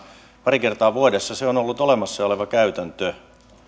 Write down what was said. pari kertaa vuodessa on ollut olemassa oleva käytäntö mutta